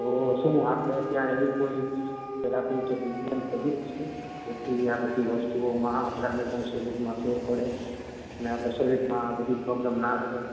તો શું આપણે ત્યાં એવી કોઈ થેરાપી કે ટ્રીટમેંટ કરીએ છીએ જેથી આ બધી વસ્તુઓમાં આપણને કોઈ શરીરમાં ફેર પડે અને આપણાં શરીરમાં આ બધી પ્રોબ્લેમ ના રહે